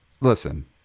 listen